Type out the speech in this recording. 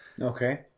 Okay